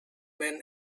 man